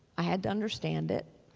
i had to understand it